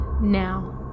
now